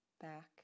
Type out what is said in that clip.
back